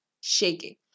shaking